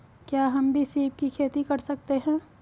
क्या हम भी सीप की खेती कर सकते हैं?